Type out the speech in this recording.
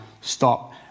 stop